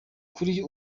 kuri